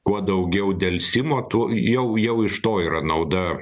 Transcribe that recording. kuo daugiau delsimo tuo jau jau iš to yra nauda